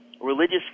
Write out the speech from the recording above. religious